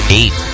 eight